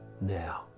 now